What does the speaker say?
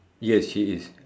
yes she is